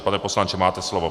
Pane poslanče, máte slovo.